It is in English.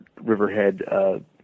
Riverhead